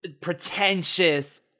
pretentious